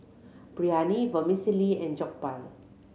Biryani Vermicelli and Jokbal